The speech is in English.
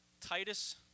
Titus